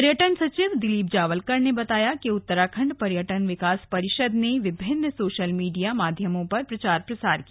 पर्यटन सचिव दिलीप जावलकर ने बताया कि उत्तराखंड पर्यटन विकास परिषद ने विभिन्न सोशल मीडिया माध्यमों पर प्रचार प्रसार किया